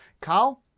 Carl